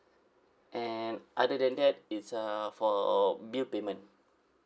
and other than that it's uh for bill payment